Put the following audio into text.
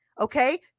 Okay